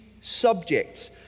subjects